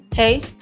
Hey